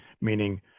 meaning